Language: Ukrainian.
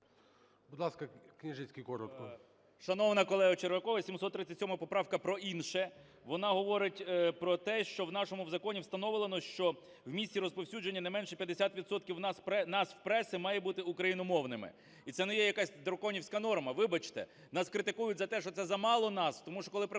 Будь ласка, Княжицький, коротко.